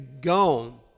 gone